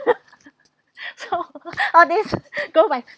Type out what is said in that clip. so all this go by